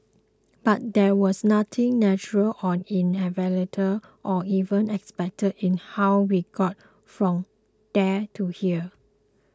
but there was nothing natural or inevitable or even expected in how we got from there to here